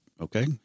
okay